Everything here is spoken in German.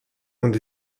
und